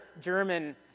German